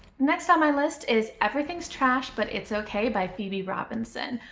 next on my list is everything's trash, but it's okay by phoebe robinson.